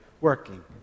working